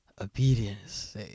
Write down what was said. obedience